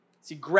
See